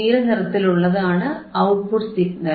നീല നിറത്തിലുള്ളതാണ് output signal